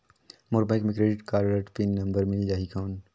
मोर bank मे credit card pin number मिल जाहि कौन?